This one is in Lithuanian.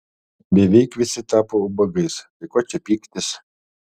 beveik visi tapo ubagais tai ko čia pyktis